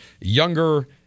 younger